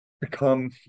become